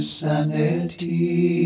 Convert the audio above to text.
sanity